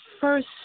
first